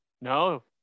No